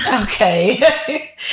Okay